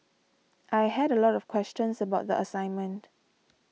I had a lot of questions about the assignment